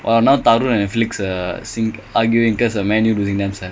ya and the form leh